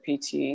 PT